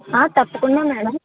తప్పకుండా మ్యాడమ్